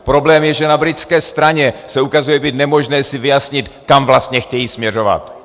Problém je, že na britské straně se ukazuje být nemožné si vyjasnit, kam vlastně chtějí směřovat.